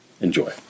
Enjoy